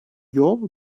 yol